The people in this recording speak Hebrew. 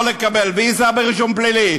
יכול לקבל ויזה ברישום פלילי?